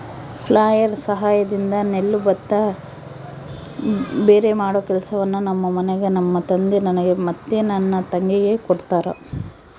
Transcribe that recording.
flail ಸಹಾಯದಿಂದ ನೆಲ್ಲು ಭತ್ತ ಭೇರೆಮಾಡೊ ಕೆಲಸವನ್ನ ನಮ್ಮ ಮನೆಗ ನಮ್ಮ ತಂದೆ ನನಗೆ ಮತ್ತೆ ನನ್ನ ತಂಗಿಗೆ ಕೊಡ್ತಾರಾ